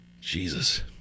Jesus